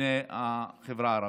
לבני החברה הערבית.